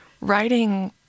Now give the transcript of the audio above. writing